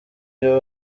iyo